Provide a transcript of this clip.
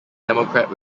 democrat